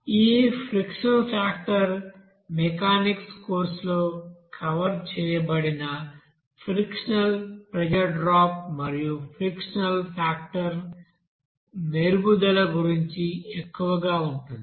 ఈ frictional factor mechanics కోర్సులో cover చేయబడిన ఫ్రిక్షనల్ ప్రెజర్ డ్రాప్ మరియు ఫ్రిక్షనల్ ఫాక్టర్ మెరుగుదల గురించి ఎక్కువగా ఉంటుంది